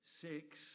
Six